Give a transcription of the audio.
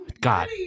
God